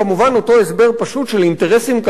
חוץ מאותו הסבר פשוט של אינטרסים כלכליים